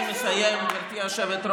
שלוש פעמים הם מקימים את אותו יישוב.